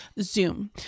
Zoom